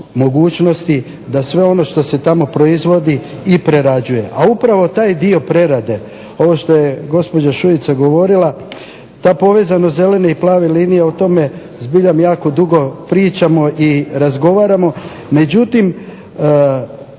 da sve ono što se tamo proizvodi i prerađuje. A upravo taj dio prerade, ovo što je gospođa Šuica govorila, ta povezanost zelene i plave linije o tome zbiljam jako dugo pričamo i razgovaramo. Međutim,